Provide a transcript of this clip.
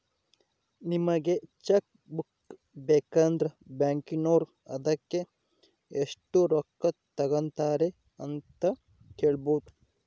ನಿಮಗೆ cheque book ಬೇಕಂದ್ರ ಬ್ಯಾಕಿನೋರು ಅದಕ್ಕೆ ಎಷ್ಟು ರೊಕ್ಕ ತಂಗತಾರೆ ಅಂತ ಕೇಳಬೊದು